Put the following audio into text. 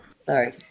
Sorry